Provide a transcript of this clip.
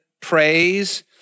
praise